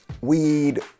weed